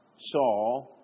Saul